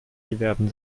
werden